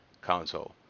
console